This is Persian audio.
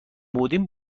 بودیم